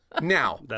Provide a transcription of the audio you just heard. Now